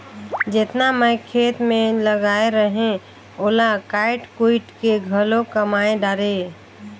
जेतना मैं खेत मे लगाए रहें ओला कायट कुइट के घलो कमाय डारें